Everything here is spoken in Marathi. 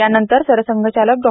या नंतर सरसंघचालक डॉ